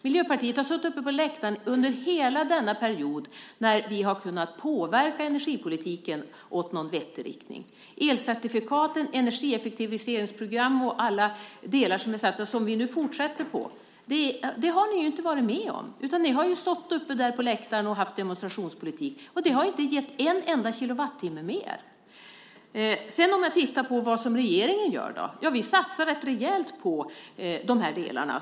Miljöpartiet har suttit på läktaren under hela denna period då vi har kunnat påverka energipolitiken i vettig riktning. Elcertifikat, energieffektiviseringsprogram och allt det som vi fortsätter med har ni ju inte varit med om. Ni har stått uppe på läktaren och haft demonstrationspolitik. Det har inte gett en enda kilowattimme mer. Regeringen satsar rätt rejält på de här delarna.